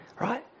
right